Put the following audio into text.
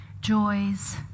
joys